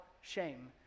shame